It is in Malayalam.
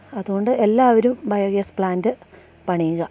അതോണ്ട് എല്ലാവരും ബയോഗ്യാസ് പ്ലാൻറ്റ് പണിയുക